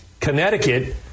Connecticut